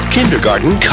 Kindergarten